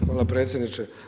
Hvala predsjedniče.